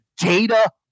data